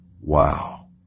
Wow